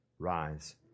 Rise